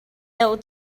deuh